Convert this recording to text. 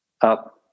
up